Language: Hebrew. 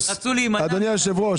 אדוני היושב ראש,